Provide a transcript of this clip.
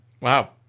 Wow